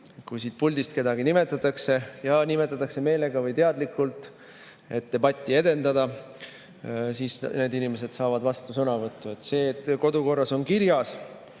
Kui siit puldist kedagi nimetatakse ja nimetatakse meelega või teadlikult, et debatti edendada, siis need inimesed saavad vastusõnavõtu. Seda, et kodukorras on kirjas,